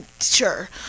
sure